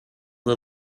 was